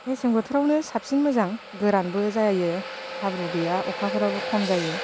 मेसें बोथोरावनो साबसिन मोजां गोरानबो जायो हाब्रु गैया अखाफोराबो खम जायो